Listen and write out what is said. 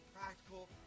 practical